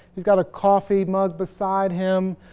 he's got a coffee mug beside him,